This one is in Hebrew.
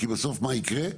כי בסוף מה יקרה?